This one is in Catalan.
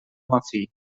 afí